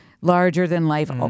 larger-than-life